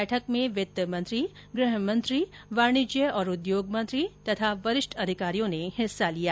बैठक में वित्त मंत्री गृहमंत्री वाणिज्य और उद्योग मंत्री तथा वरिष्ठ अधिकारियों ने हिस्सा लिया